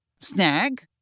Snag